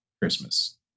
Christmas